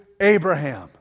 Abraham